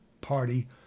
Party